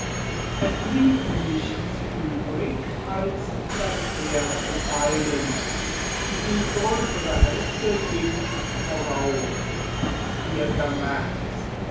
es blieb nichts übrig als das heer zu teilen die größere hälfte ging vorauf